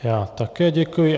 Já také děkuji.